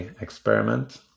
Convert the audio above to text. experiment